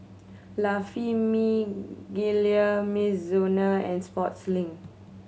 La Famiglia Mizuno and Sportslink